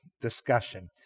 discussion